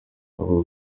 avuga